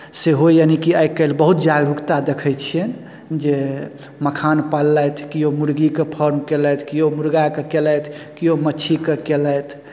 सेहो यानिकि आइ काल्हि बहुत जागरूकता देखै छियनि जे मखान पाललथि किओ मुर्गीके फर्म केलथि किओ मुर्गाके केलथि किओ मच्छीके केलथि